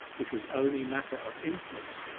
which was only matter of inference.